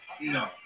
No